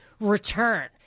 return